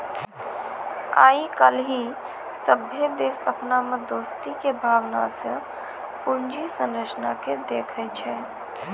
आइ काल्हि सभ्भे देश अपना मे दोस्ती के भावना से पूंजी संरचना के देखै छै